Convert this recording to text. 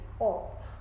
up